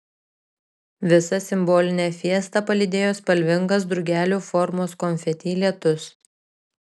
visą simbolinę fiestą palydėjo spalvingas drugelių formos konfeti lietus